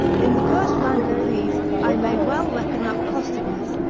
in the first rank of these, i may well reckon up costiveness,